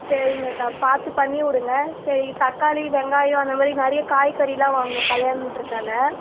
சரிங்கக்கா பார்த்து பண்ணிவிடுங்க சரி தக்காளி வெங்காயம் அந்தமாதிரி நிறைய காய்கறியெலாம் வாங்கணும் கல்யாணன்றதாலே